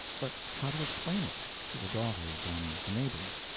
but how to explain it to the daughters and the neighbors?